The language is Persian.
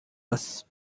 است